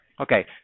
Okay